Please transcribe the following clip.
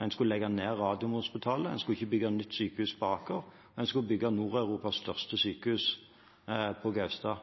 en skulle ikke bygge nytt sykehus på Aker. En skulle bygge Nord-Europas største sykehus på Gaustad.